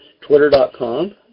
Twitter.com